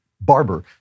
barber